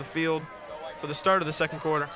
the field for the start of the second quarter